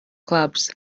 clubs